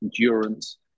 endurance